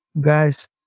guys